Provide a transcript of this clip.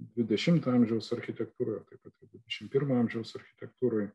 dvidešimto amžiaus architektūra taip pat kaip ir dvidešimt pirmo amžiaus architektūroj